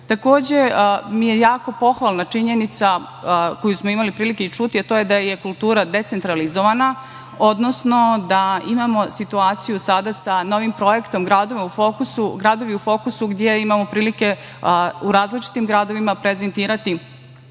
zemlji. Takođe mi je jako pohvalna činjenica koju smo imali prilike i čuti, a to je da je kultura decentralizovana, odnosno da imamo sada situaciju sa novim projektom „Gradovi u fokusu“, gde imamo prilike u različitim gradovima prezentovati